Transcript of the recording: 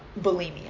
bulimia